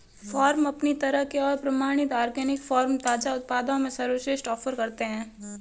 farm अपनी तरह के और प्रमाणित ऑर्गेनिक फ़ार्म ताज़ा उत्पादों में सर्वश्रेष्ठ ऑफ़र करते है